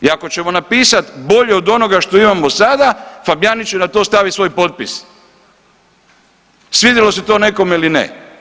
I ako ćemo napisati bolje od onoga što imamo sada, Fabijanić će na to stavit svoj potpis, svidjelo se to nekome ili ne.